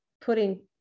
putting